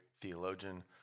theologian